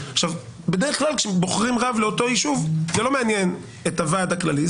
בדרך כלל כשבוחרים רב לאותו יישוב זה לא מעניין את הוועד הכללי,